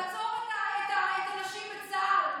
לעצור את הנשים בצה"ל?